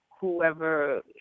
whoever